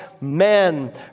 men